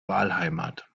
wahlheimat